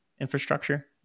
infrastructure